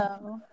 Hello